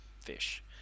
fish